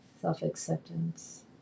Self-acceptance